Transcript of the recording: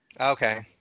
Okay